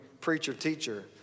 preacher-teacher